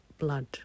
Blood